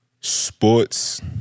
sports